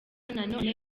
nanone